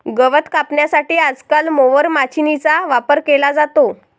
गवत कापण्यासाठी आजकाल मोवर माचीनीचा वापर केला जातो